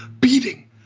beating